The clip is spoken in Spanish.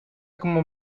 como